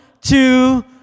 two